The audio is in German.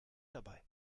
dabei